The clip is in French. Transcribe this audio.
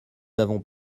avons